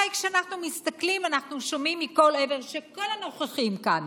הרי כשאנחנו מסתכלים אנחנו שומעים מכל עבר שכל הנוכחים כאן,